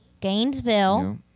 Gainesville